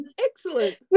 excellent